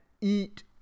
eat